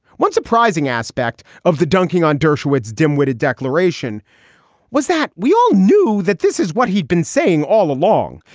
one surprising aspect of the dunking on dershowitz dimwitted declaration was that we all knew that this is what he'd been saying all along.